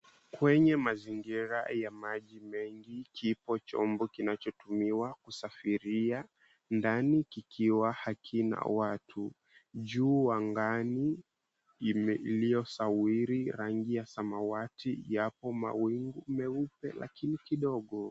Kwenye mazingira ya maji mengi, kipo chombo kinachotumiwa kusafiria ndani kikiwa hakina watu, juu angani iliyosawiri rangi ya samawati yapo mawingu meupe lakini kidogo.